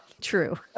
true